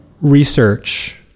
research